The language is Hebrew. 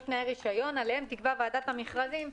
יש תנאי רישיון, עליהם תקבע ועדת המכרזים תנאים.